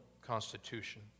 constitution